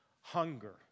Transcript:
hunger